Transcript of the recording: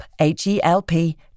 H-E-L-P